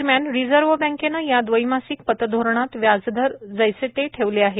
दरम्यान रिजर्व्ह बँकेनं या दवैमासिक पतधोरणात व्याजदर जैसे थे ठेवले आहेत